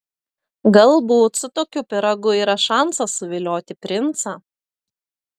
galbūt su tokiu pyragu yra šansas suvilioti princą